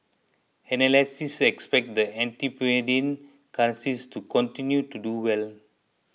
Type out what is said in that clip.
analysts expect the antipodean currencies to continue to do well